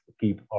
keep